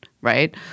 right